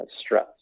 stress